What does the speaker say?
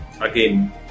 Again